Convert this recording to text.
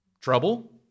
Trouble